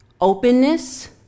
openness